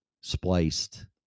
spliced